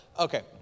Okay